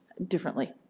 differently?